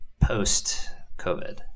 post-COVID